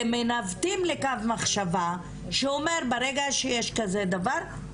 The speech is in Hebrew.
ומנווטים לקו מחשבה שאומר שברגע שיש כזה דבר,